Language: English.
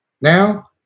Now